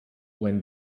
when